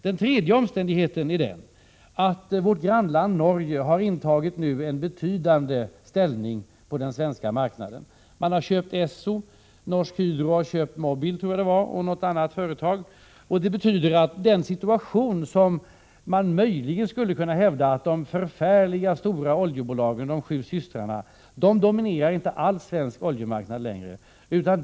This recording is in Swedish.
Den tredje omständigheten är den att vårt grannland Norge nu fått en betydande ställning på den svenska marknaden. Man har köpt ESSO, och Norsk Hydro har köpt Mobil och något annat företag. Det betyder att den situation som man möjligen skulle ha kunnat hävda, nämligen att de förfärliga stora oljeföretagen — de sju systrarna — dominerar svensk oljemarknad, inte alls längre är för handen.